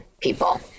people